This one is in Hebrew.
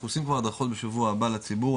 אנחנו עושים כבר הדרכות בשבוע הבא לציבור,